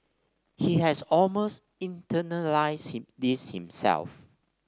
he has almost internalised this himself